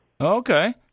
Okay